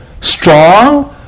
strong